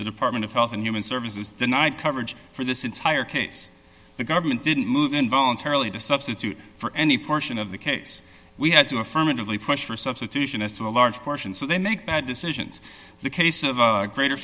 the department of health and human services denied coverage for this entire case the government didn't move in voluntarily to substitute for any portion of the case we had to affirmatively push for a substitution as to a large portion so they make bad decisions the case of greater